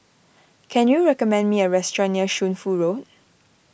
can you recommend me a restaurant near Shunfu Road